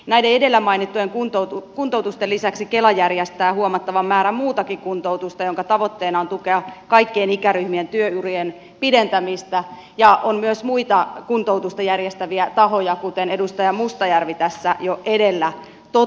näiden edellä mainittujen kuntoutusten lisäksi kela järjestää huomattavan määrän muutakin kuntoutusta jonka tavoitteena on tukea kaikkien ikäryhmien työurien pidentämistä ja on myös muita kuntoutusta järjestäviä tahoja kuten edustaja mustajärvi tässä jo edellä totesi